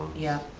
yeah,